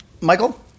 Michael